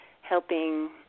helping